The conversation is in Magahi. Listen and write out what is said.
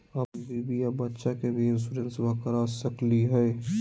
अपन बीबी आ बच्चा के भी इंसोरेंसबा करा सकली हय?